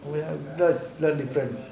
that that's different